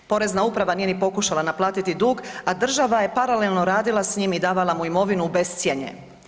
Porezna uprava nije ni pokušala naplatiti dug, a država je paralelno radila s njim i davala mu imovinu u bescjenje.